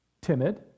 Timid